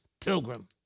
pilgrim